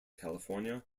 california